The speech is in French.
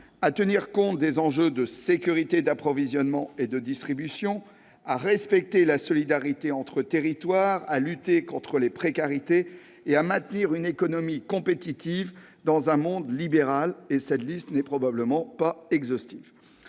tenir compte des enjeux de sécurité d'approvisionnement et de distribution, respecter la solidarité entre territoires, lutter contre les précarités et maintenir une économie compétitive dans un monde économique libéral- cette liste n'est probablement pas exhaustive.